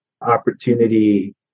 opportunity